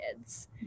kids